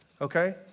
okay